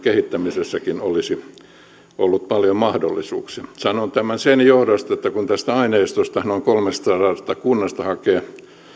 kehittämisessäkin olisi ollut paljon mahdollisuuksia sanon tämän sen johdosta että kun tästä aineistosta noin kolmestasadasta kunnasta hakee